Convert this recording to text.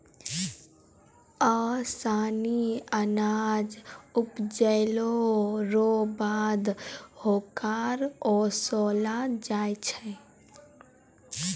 ओसानी अनाज उपजैला रो बाद होकरा ओसैलो जाय छै